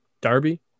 Darby